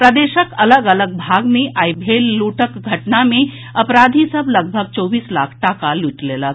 प्रदेशक अलग अलग भाग मे आई भेल लूटक घटना मे अपराधी सभ लगभग चौबीस लाख टाका लूटि लेलक